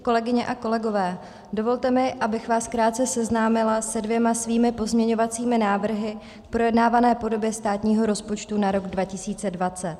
Kolegyně a kolegové, dovolte mi, abych vás krátce seznámila se dvěma svými pozměňovacími návrhy k projednávané podobě státního rozpočtu na rok 2020.